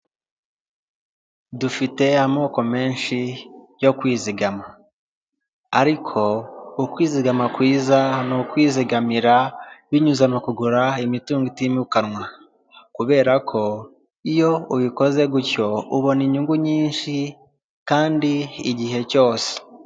Dufite amoko menshi yo kwizigama ariko ukwizigama kwiza n'ukwizigamira binyuze mu kugura imitungo itimukanwa kubera ko iyo ubikoze gutyo ubona inyungu nyinshi kandi igihe cyose.